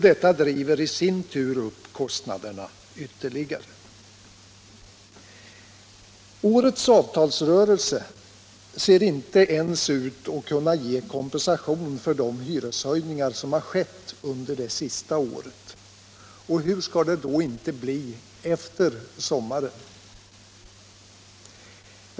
Detta driver i sin tur upp kostnaderna ytterligare. Årets avtalsrörelse ser inte ens ut att kunna ge kompensation för de hyreshöjningar som skett under det senaste året. Hur skall det då inte bli efter sommaren?